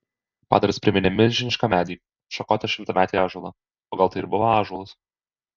padaras priminė milžinišką medį šakotą šimtametį ąžuolą o gal tai ir buvo ąžuolas